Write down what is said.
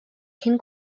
cyn